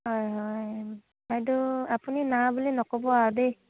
হয় হয় বাইদেউ আপুনি না বুলি নক'ব আৰু দেই